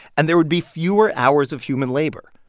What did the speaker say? and there would be fewer hours of human labor,